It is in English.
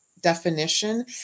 definition